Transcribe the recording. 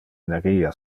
energia